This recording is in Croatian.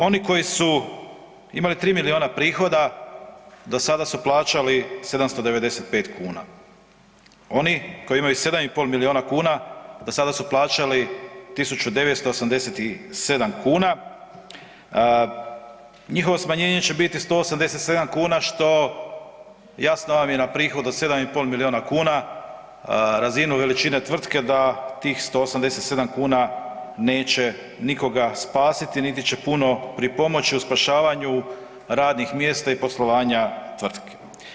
Oni koji su imali 3 milijuna prihoda do sada su plaćali 795 kuna, oni koji imaju 7,5 milijuna kuna do sada su plaćali 1.987 kuna, njihovo smanjenje će biti 187 kuna što jasno vam je na prihod od 7,5 milijuna kuna razinu veličine tvrtke da tih 187 kuna neće nikoga spasiti niti će puno pripomoći u spašavanju radnih mjesta i poslovanja tvrtke.